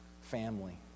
family